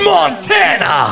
Montana